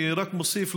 אני רק מוסיף,